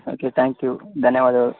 okay thank you ಧನ್ಯವಾದಗಳು